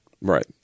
Right